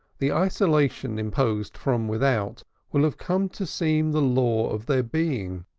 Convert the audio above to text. the isolation imposed from without will have come to seem the law of their being.